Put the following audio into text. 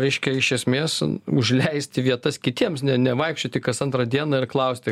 reiškia iš esmės užleisti vietas kitiems ne nevaikščioti kas antrą dieną ir klausti